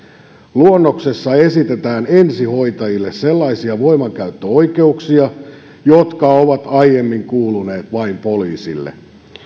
luonnoksessa esitetään ensihoitajille sellaisia voimankäyttöoikeuksia jotka ovat aiemmin kuuluneet vain poliisille